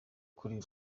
kuri